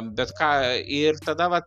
bet ką ir tada va